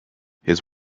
his